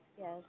Yes